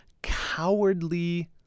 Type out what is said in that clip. cowardly